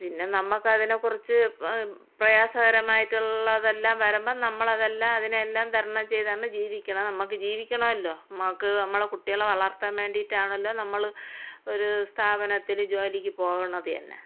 പിന്നെ നമുക്കതിനെക്കുറിച്ച് പ്രയാസകരമായിട്ടുള്ളതെല്ലാം വരുമ്പം നമ്മളതെല്ലാം അതിനെ എല്ലാം തരണം ചെയ്താണ് ജീവിക്കണത് നമുക്ക് ജീവിക്കണമല്ലോ നമുക്ക് നമ്മുടെ കുട്ടികളെ വളർത്താൻ വേണ്ടീട്ടാണല്ലോ നമ്മൾ ഒരു സ്ഥാപനത്തിൽ ജോലിക്ക് പോകുന്നത് തന്നെ